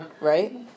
Right